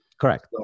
Correct